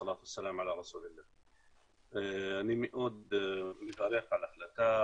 אני מאוד מברך על ההחלטה,